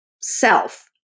self